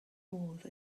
modd